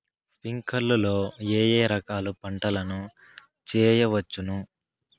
స్ప్రింక్లర్లు లో ఏ ఏ రకాల పంటల ను చేయవచ్చును?